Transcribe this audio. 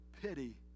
pity